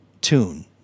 tune